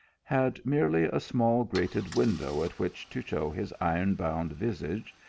had merely a small grated window at which to show his iron-bound visage,